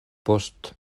post